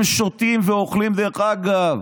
הם שותים ואוכלים, דרך אגב,